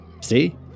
See